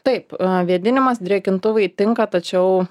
taip vėdinimas drėkintuvai tinka tačiau